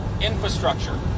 infrastructure